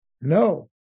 No